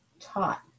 taught